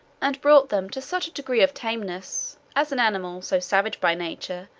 and brought them to such a degree of tameness, as an animal, so savage by nature,